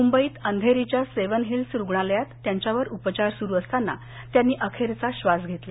मुंबईत अधेरीच्या seven hills रुग्णालयात त्यांच्यावर उपचार सुरु असताना त्यांनी अखेरचा श्वास घेतला